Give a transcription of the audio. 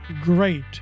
great